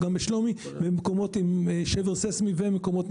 בשלומי ובמקומות עם שבר סיסמי.